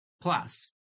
Plus